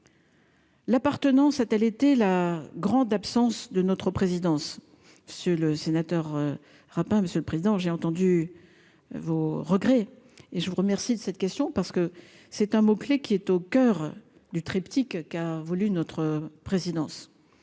L'appartenance à telle était la grande absence de notre présidence si le sénateur rap, hein, monsieur le Président, j'ai entendu vos regrets et je vous remercie de cette question parce que c'est un mot clé qui est au coeur du triptyque qu'a voulu notre présidence,